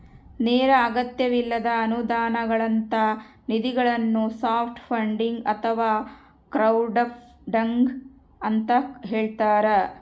ನೇರ ಅಗತ್ಯವಿಲ್ಲದ ಅನುದಾನಗಳಂತ ನಿಧಿಗಳನ್ನು ಸಾಫ್ಟ್ ಫಂಡಿಂಗ್ ಅಥವಾ ಕ್ರೌಡ್ಫಂಡಿಂಗ ಅಂತ ಹೇಳ್ತಾರ